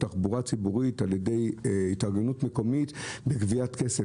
תחבורה ציבורית על ידי התארגנות מקומית בגביית כסף.